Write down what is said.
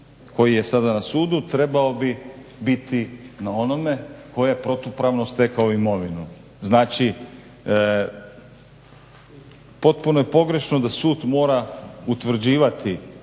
koji je sada na sudu trebao bi biti na onome tko je protupravno stekao imovinu. Znači potpuno je pogrešno da sud mora utvrđivati